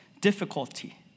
difficulty